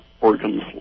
organs